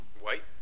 White